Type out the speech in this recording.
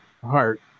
heart